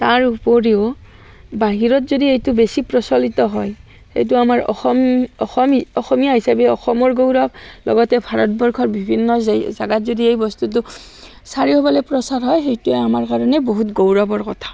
তাৰ উপৰিও বাহিৰত যদি এইটো বেছি প্ৰচলিত হয় সেইটো আমাৰ অসম অসম অসমীয়া হিচাপে অসমৰ গৌৰৱ লগতে ভাৰতবৰ্ষৰ বিভিন্ন জেই জেগাত যদি এই বস্তুটো চাৰিওফালে প্ৰচাৰ হয় সেইটোৱে আমাৰ কাৰণে বহুত গৌৰৱৰ কথা